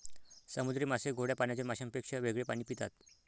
समुद्री मासे गोड्या पाण्यातील माशांपेक्षा वेगळे पाणी पितात